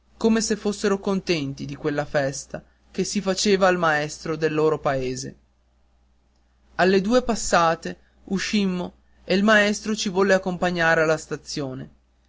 come se fossero contenti di quella festa che si faceva al maestro del loro paese alle due passate uscimmo e il maestro ci volle accompagnare alla stazione